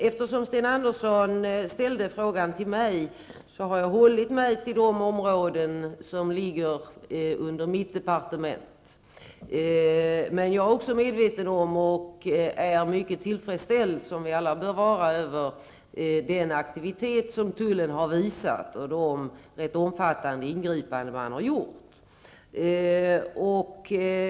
Eftersom Sten Andersson ställde frågan till mig, har jag hållit mig till de områden som ligger under mitt departement. Men jag är medveten om och mycket tillfredställd med, som vi alla bör vara, den aktivitet som tullen har visat och de rätt omfattande ingripanden som har gjorts.